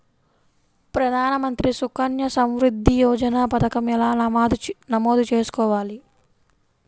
ప్రధాన మంత్రి సుకన్య సంవృద్ధి యోజన పథకం ఎలా నమోదు చేసుకోవాలీ?